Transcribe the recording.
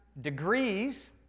degrees